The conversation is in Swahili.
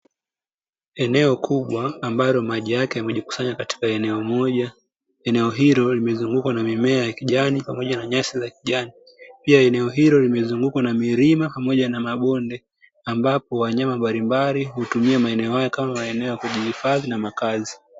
Eneo kubwa ambalo maji yake yamejikusanya katika eneo mmoja. Eneo hilo likizungukwa na mimea ya kijani pamoja na nyasi za kijani, pia eneo hilo limezungukwa na milima pamoja na mabonde, ambapo wanyama mbalimbali hutumia maeneo hayo kama maeneo ya kujihifadhi na makazi.